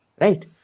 Right